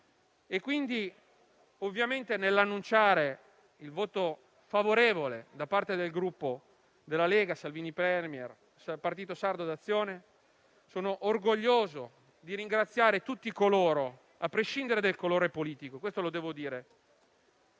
già nel 2018. Nell'annunciare il voto favorevole da parte del Gruppo della Lega-Salvini Premier-Partito Sardo d'Azione, sono orgoglioso di ringraziare tutti coloro, a prescindere dal colore politico, che hanno permesso